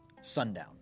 sundown